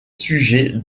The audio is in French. sujets